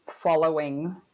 following